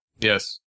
Yes